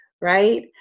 right